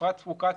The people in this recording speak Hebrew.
ואפרת פרוקציה,